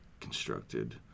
constructed